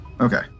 okay